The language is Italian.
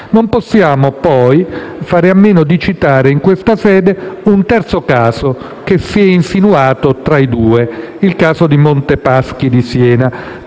Non possiamo poi fare a meno di citare in questa sede un terzo caso, che si è insinuato tra i due: il caso di Monte dei paschi di Siena.